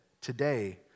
Today